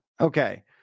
Okay